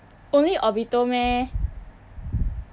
only obito meh